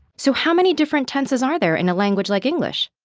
so how many different tenses are there in a language like english?